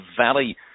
Valley